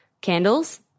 candles